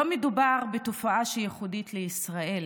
לא מדובר בתופעה שייחודית לישראל.